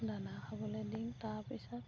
দানা খাবলে দিং তাৰপিছত